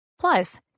Plus